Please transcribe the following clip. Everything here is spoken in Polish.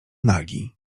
nagi